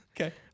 Okay